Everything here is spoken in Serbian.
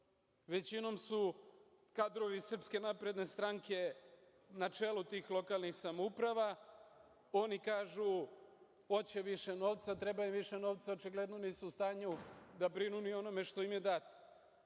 Većinom su kadrovi SNS-a na čelu tih lokalnih samouprava. Oni kažu hoće više novca, treba im više novca, a očigledno nisu u stanju da brinu ni o onome što im je dato.I